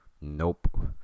nope